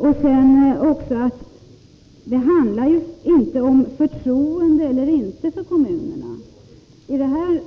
Den här frågan handlar inte om förtroende eller inte för kommunerna, utan